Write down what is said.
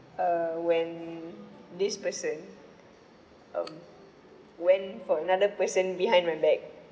err when this person um went for another person behind my back